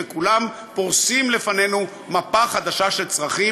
וכולם פורסים לפנינו מפה חדשה של צרכים.